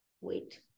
Wait